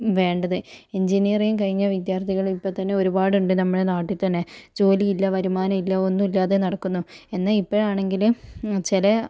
വേണ്ടത് എഞ്ചിനീയറിങ് കഴിഞ്ഞ വിദ്യാർത്ഥികൾ ഇപ്പോൾത്തന്നെ ഒരുപാടുണ്ട് നമ്മുടെ നാട്ടിൽത്തന്നെ ജോലിയില്ല വരുമാനമില്ല ഒന്നുമില്ലാതെ നടക്കുന്നു എന്നാൽ ഇപ്പോഴാണെങ്കിൽ ചില